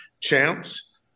chance